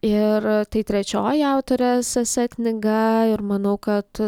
ir tai trečioji autorės esė knyga ir manau kad